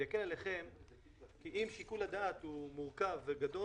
זה יקל עליכם כי אם שיקול הדעת הוא מורכב וגדול,